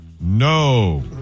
No